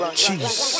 cheese